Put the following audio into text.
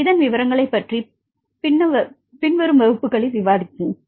இதன் விவரங்களைப் பற்றி பிற்கால வகுப்புகளில் விவாதிப்போம்